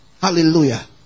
Hallelujah